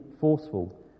forceful